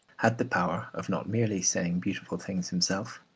had the power of not merely saying beautiful things himself,